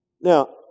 Now